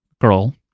girl